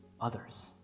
others